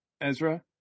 Ezra